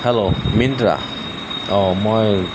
hello Minta অঁ মই